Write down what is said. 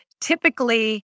Typically